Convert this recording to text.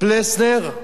פלסנר,